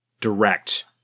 direct